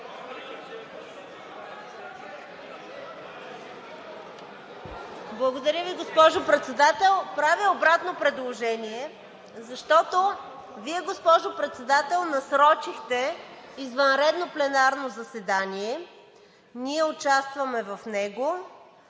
Благодаря Ви, госпожо Председател. Правя обратно предложение, защото Вие, госпожо Председател, насрочихте извънредно пленарно заседание, ние участваме в него,